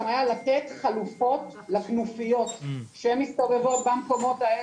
לתת חלופות לכנופיות שמסתובבות במקומות האלה,